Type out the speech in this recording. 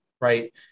right